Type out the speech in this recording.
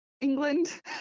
England